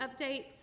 updates